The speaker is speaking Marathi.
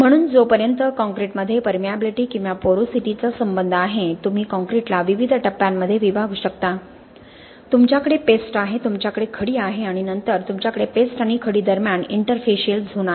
म्हणून जोपर्यंत काँक्रीटमध्ये परमियाबीलिटी किंवा पोरोसिटीचा संबंध आहे तुम्ही कॉंक्रिटला विविध टप्प्यांमध्ये विभागू शकता तुमच्याकडे पेस्ट आहे तुमच्याकडे खडी आहे आणि नंतर तुमच्याकडे पेस्ट आणि खडी दरम्यान इंटरफेसियल झोन आहे